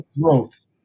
growth